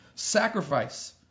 Sacrifice